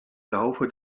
laufe